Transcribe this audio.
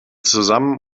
zusammen